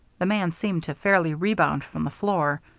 the man seemed to fairly rebound from the floor.